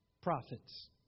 prophets